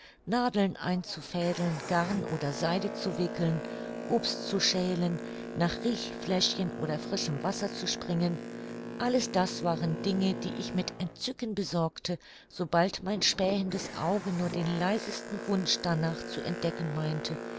nadeln einzufädeln garn oder seide zu wickeln obst zu schälen nach riechfläschchen oder frischem wasser zu springen alles das waren dinge die ich mit entzücken besorgte sobald mein spähendes auge nur den leisesten wunsch danach zu entdecken meinte